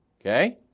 Okay